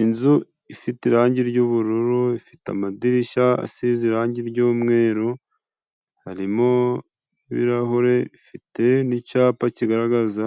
Inzu ifite irangi ry'ubururu, ifite amadirishya asize irangi ryumweru, harimo ibirahure bifite n'icyapa kigaragaza